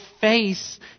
face